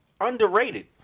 underrated